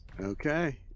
okay